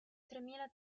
tremila